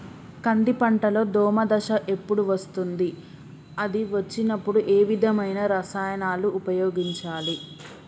కంది పంటలో దోమ దశ ఎప్పుడు వస్తుంది అది వచ్చినప్పుడు ఏ విధమైన రసాయనాలు ఉపయోగించాలి?